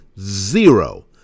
Zero